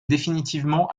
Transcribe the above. définitivement